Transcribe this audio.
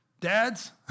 Dads